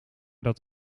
dat